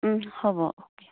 হ'ব অ'কে